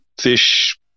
fish